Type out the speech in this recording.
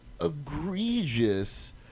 egregious